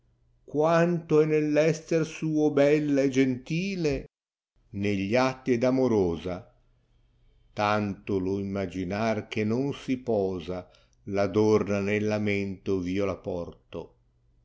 quanto é nell esser suo bella e gentile negli atti ed amorosa tanto lo immagioar che non si posa l adorna nella mente ov io la porto